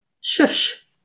Shush